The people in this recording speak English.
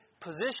position